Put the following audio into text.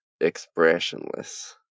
expressionless